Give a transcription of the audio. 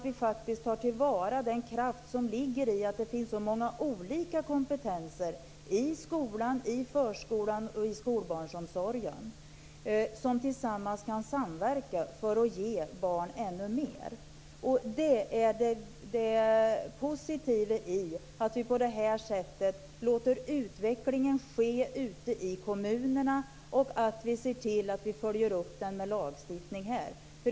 Vi måste ta till vara den kraft som bygger på att det finns så många olika kompetenser i skolan, i förskolan och i skolbarnomsorgen, som tillsammans kan samverka för att ge barnen ännu mer. Det positiva är att vi på det här sättet låter utvecklingen ske ute i kommunerna och att vi här ser till att följa upp den med lagstiftning.